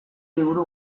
liburu